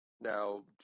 now